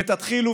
ותתחילו,